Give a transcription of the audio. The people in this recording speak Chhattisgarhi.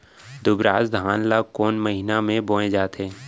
दुबराज धान ला कोन महीना में बोये जाथे?